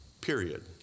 period